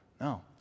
No